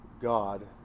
God